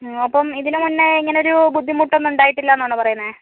ആ അപ്പം ഇതിന് മുന്നേ ഇങ്ങനെ ഒരു ബുദ്ധിമുട്ടൊന്നും ഉണ്ടായിട്ടില്ല എന്നാണോ പറയുന്നത്